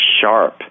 sharp